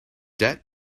debt